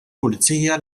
pulizija